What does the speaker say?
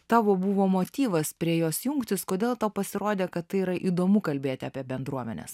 tavo buvo motyvas prie jos jungtis kodėl tau pasirodė kad tai yra įdomu kalbėti apie bendruomenes